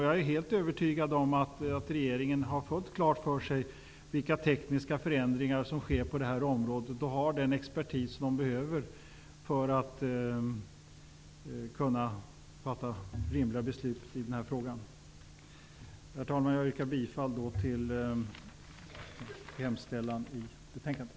Jag är helt övertygad om att regeringen har fullt klart för sig vilka tekniska förändringar som sker på det här området och att man har den expertis som behövs för att kunna fatta rimliga beslut i den här frågan. Herr talman! Jag yrkar bifall till hemställan i betänkandet.